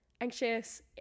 anxious